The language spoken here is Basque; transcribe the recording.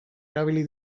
erabili